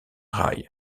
rai